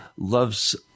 loves